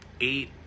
eight